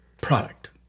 product